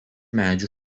medžių